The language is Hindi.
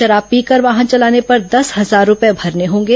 शराब पीकर वाहन चलाने पर दस हजार रुपये भरने होंगे